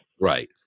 Right